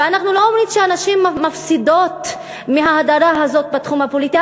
ואנחנו לא אומרים שהנשים מפסידות מההדרה הזאת בתחום הפוליטי,